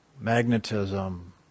Magnetism